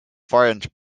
variant